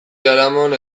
jaramon